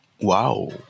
wow